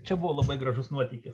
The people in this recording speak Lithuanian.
čia buvo labai gražus nuotykis